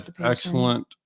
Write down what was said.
excellent